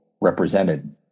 represented